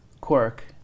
quirk